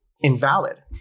invalid